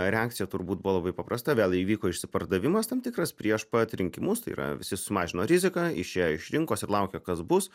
reakcija turbūt buvo labai paprasta vėl įvyko išsipardavimas tam tikras prieš pat rinkimus tai yra visi sumažino riziką išėjo iš rinkos ir laukė kas bus